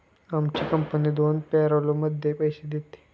आमची कंपनी दोन पॅरोलमध्ये पैसे देते